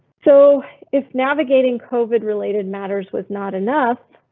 so if navigating covid related matters was not enough,